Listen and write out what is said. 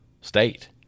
state